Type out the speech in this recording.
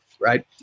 right